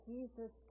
Jesus